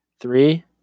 Three